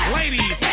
ladies